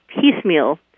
piecemeal